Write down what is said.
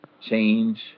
change